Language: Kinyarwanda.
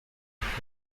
yagize